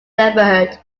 neighborhood